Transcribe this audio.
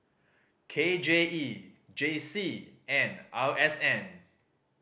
K J E J C and R S N